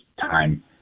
time